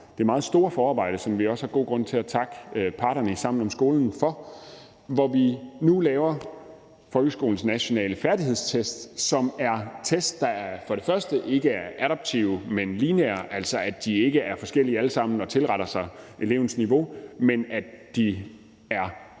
det meget store forarbejde, som vi også har god grund til at takke parterne i Sammen om skolen for, hvor vi nu laver folkeskolens nationale færdighedstest, som er test, der for det første ikke er adaptive, men lineære, altså at de ikke alle sammen er forskellige og tilretter sig elevens niveau, men at de er